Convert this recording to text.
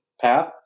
path